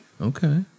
Okay